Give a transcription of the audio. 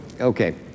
Okay